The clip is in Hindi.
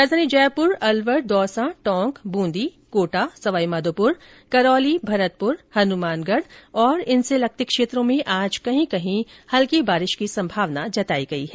राजधानी जयपुर अलवर दौसा टोंक बूंदी कोटा सवाई माधोपुर करौली भरतपुर हनुमानगढ़ और इनसे लगते क्षेत्रो में आज कहीं कहीं हल्की बारिश की होने की संभावना जताई गई है